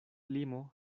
limo